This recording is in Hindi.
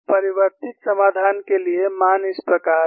परिवर्तित समाधान के लिए मान इस प्रकार हैं